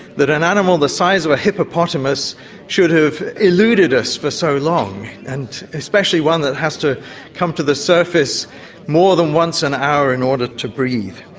that an animal the size of a hippopotamus should have eluded us for so long, and especially one that has to come to the surface more than once an hour in order to breathe.